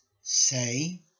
say